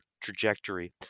trajectory